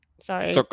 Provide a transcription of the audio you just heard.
sorry